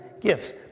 gifts